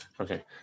Okay